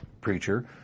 preacher